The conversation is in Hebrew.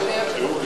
אדוני היושב-ראש,